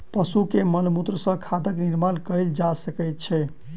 पशु के मलमूत्र सॅ खादक निर्माण कयल जा सकै छै